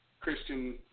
Christian